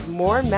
more